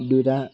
দুটা